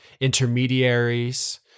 intermediaries